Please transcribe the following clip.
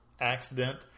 accident